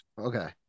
Okay